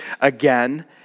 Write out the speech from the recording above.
again